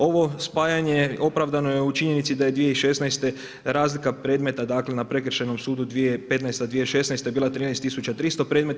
Ovo spajanje opravdano je u činjenici da je 2016. razlika predmeta dakle na Prekršajnom sudu 2015., 2016. bila 13300 predmeta.